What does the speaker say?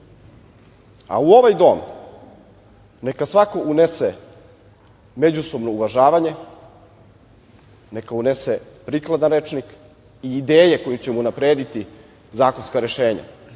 a u ovaj dom neka svako unese međusobno uvažavanje, neka unese prikladan rečnik i ideje kojim ćemo unaprediti zakonska rešenja. Bilo